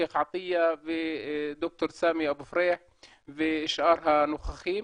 שייח' עטיאה וד"ר סאמי אבו פריח ושאר הנוכחים.